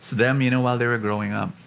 them, you know, while they were growing up.